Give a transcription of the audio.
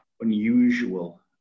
unusual